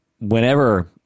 whenever